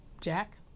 Jack